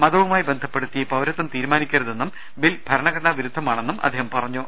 മതവുമായി ബന്ധപ്പെടുത്തി പൌരത്വം തീരുമാനിക്കരുതെന്നും ബിൽ ഭരണഘ ടനാ വിരുദ്ധമാണെന്നും അദ്ദേഹം പറഞ്ഞു